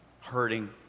hurting